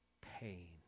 pain